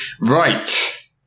Right